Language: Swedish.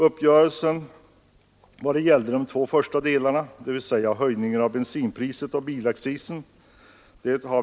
Riksdagen har fattat beslut beträffande de första två punkterna — höjning av bensinpriset och bilaccisen.